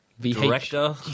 director